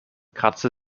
kratzt